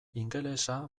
ingelesa